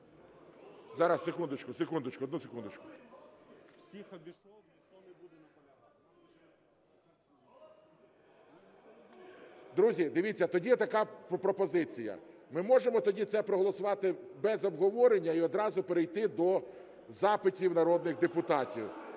Друзі, дивіться, тоді така пропозиція. Ми можемо тоді це проголосувати без обговорення і одразу перейти до запитів народних депутатів.